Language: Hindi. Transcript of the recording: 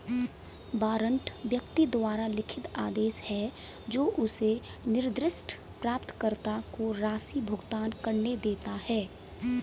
वारंट व्यक्ति द्वारा लिखित आदेश है जो उसे निर्दिष्ट प्राप्तकर्ता को राशि भुगतान करने देता है